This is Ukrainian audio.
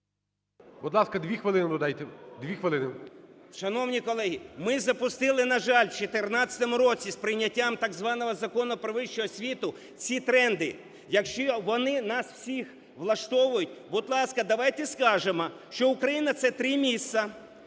2 хвилини. СПІВАКОВСЬКИЙ О.В. Шановні колеги, ми запустили, на жаль, в 14-му році з прийняттям так званого Закону "Про вищу освіту" ці тренди. Якщо вони нас всіх влаштовують, будь ласка, давайте скажемо, що Україна це 3 місця,